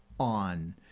on